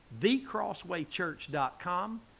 thecrosswaychurch.com